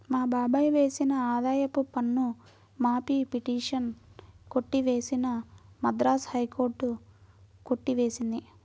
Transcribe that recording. మా బాబాయ్ వేసిన ఆదాయపు పన్ను మాఫీ పిటిషన్ కొట్టివేసిన మద్రాస్ హైకోర్టు కొట్టి వేసింది